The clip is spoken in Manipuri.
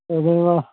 ꯍꯣꯏ ꯍꯌꯦꯡ ꯂꯥꯛꯑꯣ